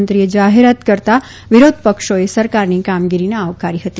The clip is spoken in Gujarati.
મંત્રીએ જાહેરાત કરતાં વિરોધપક્ષોએ સરકારની કામગીરીને આવકારી હતી